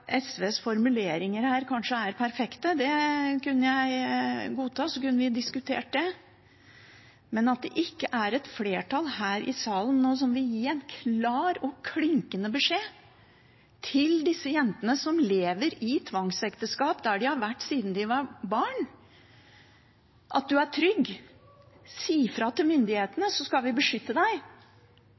er perfekte – det kunne jeg godta – så kunne vi diskutert det, men det er altså ikke et flertall her i salen nå som vil gi en klinkende klar beskjed til disse jentene som lever i tvangsekteskap der de har vært siden de var barn, om at de er trygge, og at de kan si fra til myndighetene så de kan beskyttes. Hvis vi